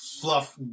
fluff